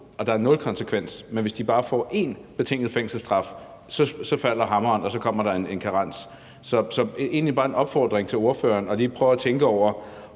og der er nul konsekvens, men hvis de bare får én betinget fængselsstraf, falder hammeren, og så kommer der en karens. Så det er egentlig bare en opfordring til ordføreren om lige at prøve at tænke over,